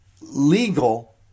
legal